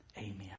Amen